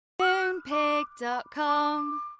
Moonpig.com